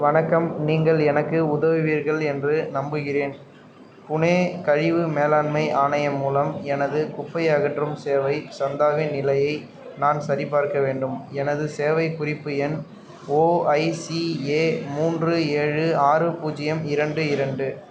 வணக்கம் நீங்கள் எனக்கு உதவுவீர்கள் என்று நம்புகிறேன் புனே கழிவு மேலாண்மை ஆணையம் மூலம் எனது குப்பை அகற்றும் சேவை சந்தாவின் நிலையை நான் சரிபார்க்க வேண்டும் எனது சேவைக் குறிப்பு எண் ஓஐசிஏ மூன்று ஏழு ஆறு பூஜ்ஜியம் இரண்டு இரண்டு